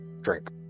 drink